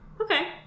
okay